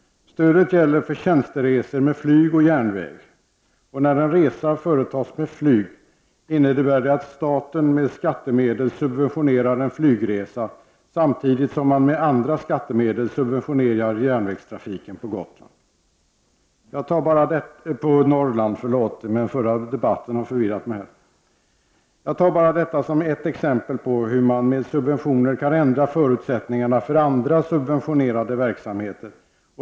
Stödet gäller för tjänsteresor med flyg och järnväg. När en resa företas med flyg innebär det att staten med skattemedel subventionerar en flygresa samtidigt som man med andra skattemedel subventionerar järnvägstrafiken på Norrland. Jag tar bara detta som ett exempel på hur man med subventioner kan ändra förutsättningarna för andra subventionerade verksamheter.